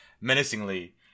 menacingly